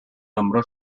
nombró